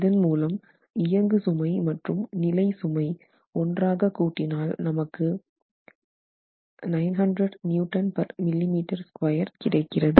இதன் மூலம் இயங்கு சுமை மற்றும் நிலைசுமை ஒன்றாக கூட்டினால் நமக்கு 900 Nmm2 கிடைக்கிறது